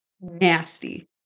Nasty